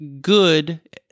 good